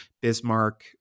Bismarck